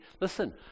Listen